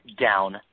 down